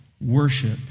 worship